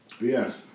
Yes